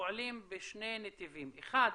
פועלים בשני נתיבים, האחד,